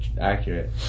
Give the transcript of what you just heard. accurate